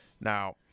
Now